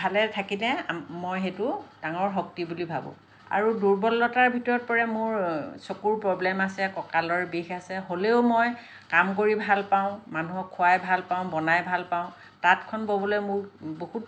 ভালে থাকিলে মই সেইটো ডাঙৰ শক্তি বুলি ভাবোঁ আৰু দুৰ্বলতাৰ ভিতৰত পৰে মোৰ চকুৰ প্ৰব্লেম আছে কঁকালৰ বিষ আছে হ'লেও মই কাম কৰি ভাল পাওঁ মানুহক খোৱাই ভাল পাওঁ বনাই ভাল পাওঁ তাঁতখন ববলৈ মোক বহুত